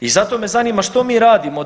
I zato me zanima što mi radimo?